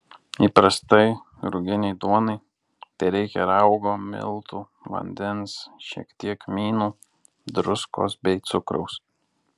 įprastai ruginei duonai tereikia raugo miltų vandens šiek tiek kmynų druskos bei cukraus